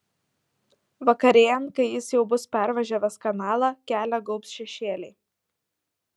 vakarėjant kai jis jau bus pervažiavęs kanalą kelią gaubs šešėliai